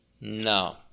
no